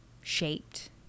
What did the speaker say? shaped